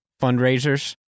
fundraisers